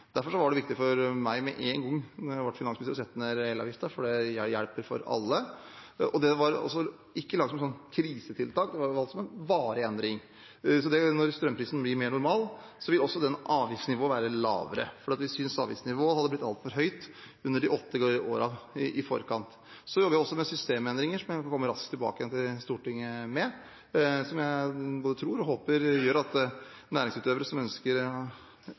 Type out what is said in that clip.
meg med en gang jeg ble finansminister, å sette ned elavgiften, for det hjelper for alle. Det var ikke laget som et krisetiltak, det var valgt som en varig endring. Så når strømprisen blir mer normal, vil det avgiftsnivået være lavere, for vi syntes avgiftsnivået hadde blitt altfor høyt under de åtte årene i forkant. Så jobber vi også med systemendringer, som jeg vil komme raskt tilbake til Stortinget med, som jeg både tror og håper gjør at næringsutøvere som ønsker